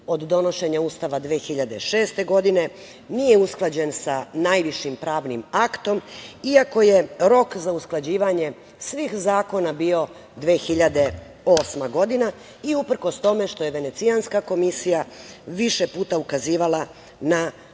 od donošenja Ustava 2006. godine, nije usklađen sa najvišim pravnim aktom, iako je rok za usklađivanje svih zakona bio 2008. godine i uprkos tome što je Venecijanska komisija više puta ukazivala na